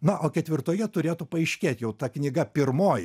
na o ketvirtoje turėtų paaiškėti jau ta knyga pirmoji